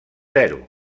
zero